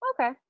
Okay